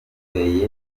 charles